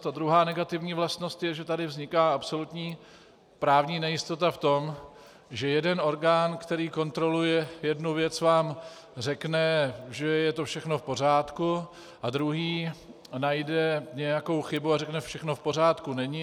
Ta druhá negativní vlastnost je, že tady vzniká absolutní právní nejistota v tom, že jeden orgán, který kontroluje jednu věc, vám řekne, že je to všechno v pořádku, a druhý najde nějakou chybu a řekne všechno v pořádku není.